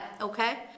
okay